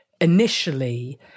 initially